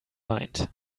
mind